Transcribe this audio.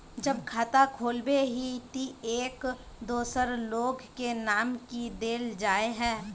जब खाता खोलबे ही टी एक दोसर लोग के नाम की देल जाए है?